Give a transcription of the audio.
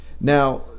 Now